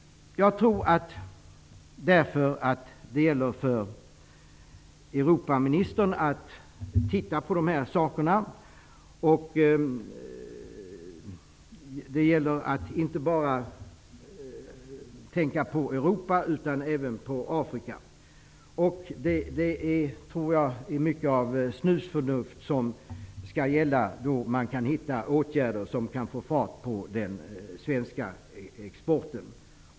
Jag tror därför att det gäller för Europaministern att titta på dessa saker. Det gäller att inte bara tänka på Europa utan även på Afrika. Det är mycket av snusförnuft som skall gälla när man skall hitta åtgärder som kan få fart på den svenska exporten.